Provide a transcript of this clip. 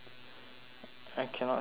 I cannot see my